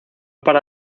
para